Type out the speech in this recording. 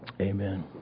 Amen